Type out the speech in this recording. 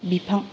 बिफां